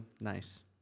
nice